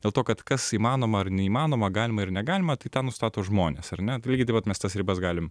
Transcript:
dėl to kad kas įmanoma ar neįmanoma galima ir negalima tai tą nustato žmonės ar ne tai lygiai taip pat mes tas ribas galim